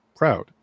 Proud